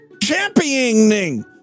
Championing